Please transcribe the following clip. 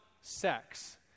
sex